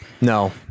No